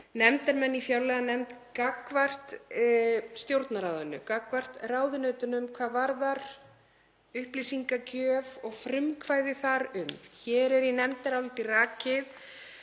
nefndarmenn í fjárlaganefnd, gagnvart Stjórnarráðinu, gagnvart ráðuneytunum, hvað varðar upplýsingagjöf og frumkvæði þar um. Hér er í nefndaráliti rakið